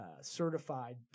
certified